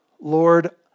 Lord